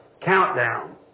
Countdown